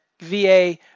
VA